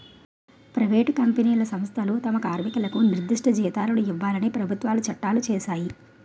private కంపెనీలు సంస్థలు తమ కార్మికులకు నిర్దిష్ట జీతాలను ఇవ్వాలని ప్రభుత్వాలు చట్టాలు చేశాయి